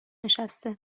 نشسته